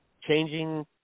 changing